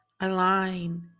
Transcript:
align